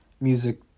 music